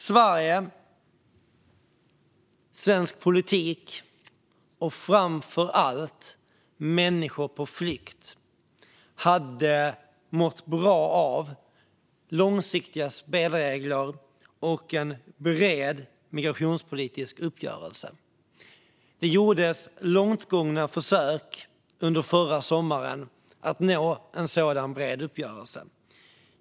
Sverige, svensk politik och framför allt människor på flykt hade mått bra av långsiktiga spelregler och en bred migrationspolitisk uppgörelse. Det gjordes långt gångna försök under förra sommaren med att nå en sådan bred uppgörelse.